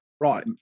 Right